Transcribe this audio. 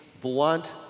blunt